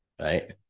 Right